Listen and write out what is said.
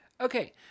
Okay